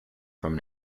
from